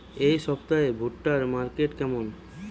এই সপ্তাহে ভুট্টার মার্কেট কেমন?